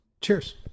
Cheers